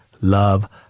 love